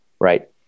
right